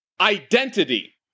identity